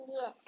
Yes